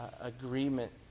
agreement